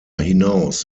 hinaus